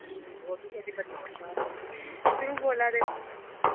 कुद्धरूं बोल्ला दे तुस